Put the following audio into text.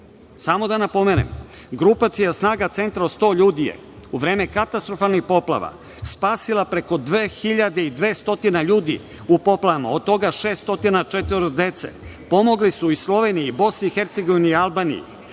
Samo da napomenem, grupacija snaga centra od 100 ljudi je u vreme katastrofalnih poplava spasila preko 2.200 ljudi, od toga 604 dece. Pomogli su i Sloveniji i Bosni i Hercegovini i Albaniji,